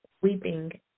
weeping